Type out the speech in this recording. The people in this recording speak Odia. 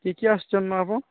କିଏ କିଏ ଆସୁଛନ୍ ଆପଣ